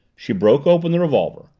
she broke open the revolver,